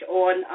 on